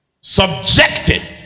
subjected